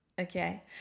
Okay